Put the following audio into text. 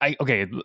Okay